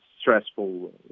stressful